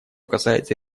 касается